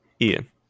Ian